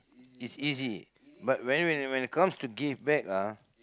it's easy but when when when it comes to give back ah